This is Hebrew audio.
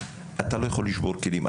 אתה לא יכול לשבור כלים.